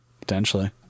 Potentially